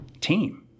team